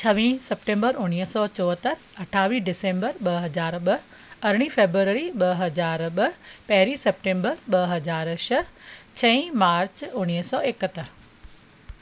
छवीहीं September उणवीह सौ चोहतरि अठावीह डिसेंबर ॿ हज़ार ॿ अरिड़हं फेब्रअरी ॿ हज़ार ॿ पहिरीं सप्टेंबर ॿ हज़ार छह छहीं मार्च उणवीह सौ एकहतरि